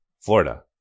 Florida